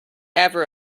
ever